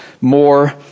more